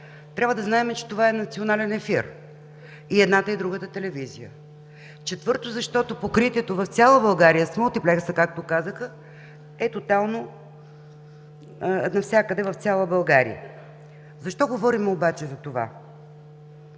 трябва да знаем, че това е национален ефир – и едната, и другата телевизия. Четвърто, защото покритието в цяла България с мултиплекса, както казаха, е тотално навсякъде в цяла България. Защо говорим обаче за това?